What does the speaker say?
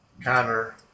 Connor